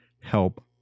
help